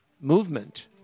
movement